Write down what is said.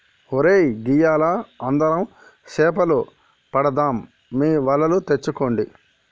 ఒరై గియ్యాల అందరం సేపలు పడదాం మీ వలలు తెచ్చుకోండి